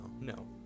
No